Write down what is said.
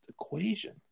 equation